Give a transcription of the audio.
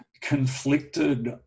conflicted